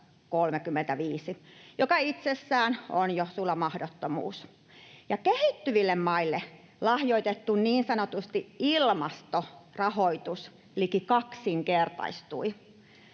joka itsessään on jo sula mahdottomuus, ja kehittyville maille lahjoitettu niin sanottu ilmastorahoitus liki kaksinkertaistui.